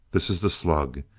this is the slug.